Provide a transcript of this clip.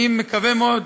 אני מקווה מאוד,